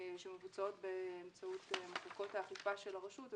שמבוצעות באמצעות מחלקות האכיפה של הרשות.